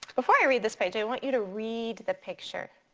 before i read this page i want you to read the picture.